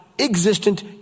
existent